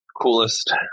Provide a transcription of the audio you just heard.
coolest